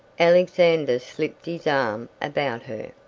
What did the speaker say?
alexander slipped his arm about her.